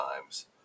times